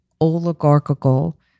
oligarchical